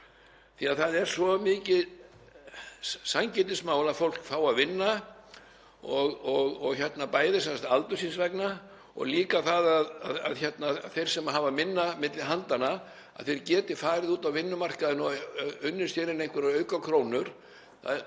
því að það er svo mikið sanngirnismál að fólk fái að vinna, bæði aldurs síns vegna og líka það að þeir sem hafa minna milli handanna geti farið út á vinnumarkaðinn og unnið sér inn einhverjar krónur.